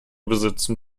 besitzen